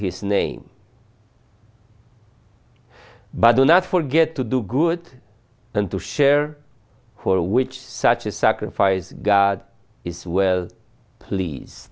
his name but do not forget to do good and to share for which such a sacrifice god is well please